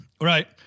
Right